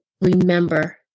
remember